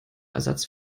ersatz